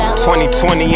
2020